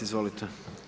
Izvolite.